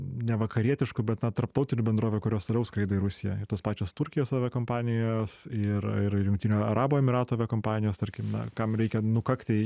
nevakarietiškų bet na tarptautinių bendrovių kurios tpliau skraido į rusiją ir tos pačios turkijos aviakompanijos ir ir jungtinių arabų emyratų aviakompanijos tarkim na kam reikia nukakti į